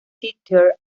theatre